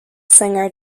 singer